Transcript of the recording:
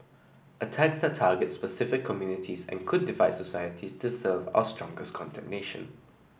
attacks that target specific communities and could divide societies deserve our strongest condemnation